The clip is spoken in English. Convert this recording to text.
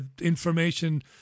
information